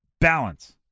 balance